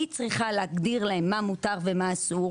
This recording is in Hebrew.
היא צריכה להגדיר להם מה מותר ומה אסור.